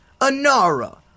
Anara